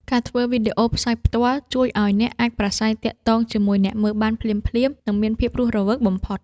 ការធ្វើវីដេអូផ្សាយផ្ទាល់ ជួយឱ្យអ្នកអាចប្រាស្រ័យទាក់ទងជាមួយអ្នកមើលបានភ្លាមៗ និងមានភាពរស់រវើកបំផុត។